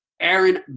Aaron